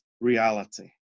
reality